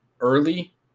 early